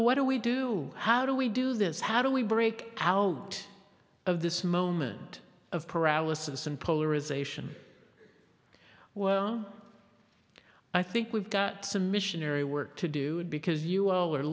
what do we do how do we do this how do we break out of this moment of paralysis and polarization i think we've got some missionary work to do because you all are